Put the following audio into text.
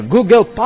Google